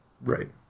Right